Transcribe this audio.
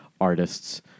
artists